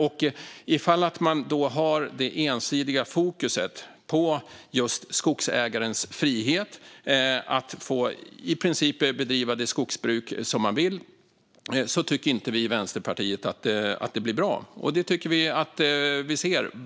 Om man då har det ensidiga fokuset på just skogsägarens frihet att i princip få bedriva det skogsbruk som man vill tycker inte vi i Vänsterpartiet att det blir bra. Det ser vi.